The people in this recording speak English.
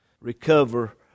Recover